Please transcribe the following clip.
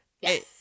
Yes